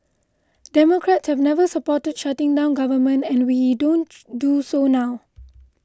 democrats have never supported shutting down government and we don't do so now